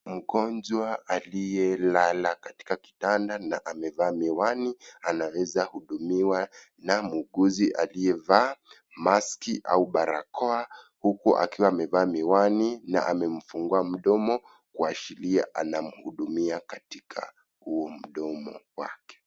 Mgonjwa aliyelala katika kitanda na amevaa miwani anaweza hudumiwa na muuguzi aliyevaa maski au barakoa huku akiwa amevaa miwani na amemfungua mdomo kuashiria anamhudumia katika huu mdomo wake.